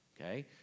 okay